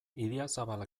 idiazabal